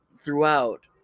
throughout